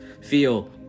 Feel